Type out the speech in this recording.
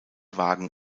wagen